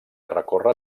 recorre